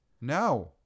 no